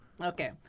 okay